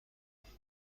زندگی